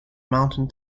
mountain